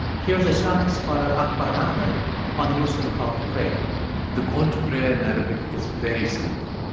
here's islamic scholar akbar ahmed on the muslim call to prayer the call to prayer in arabic is very simple.